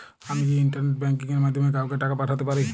আমি কি internet banking এর মাধ্যমে কাওকে টাকা পাঠাতে পারি?